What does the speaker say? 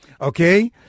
Okay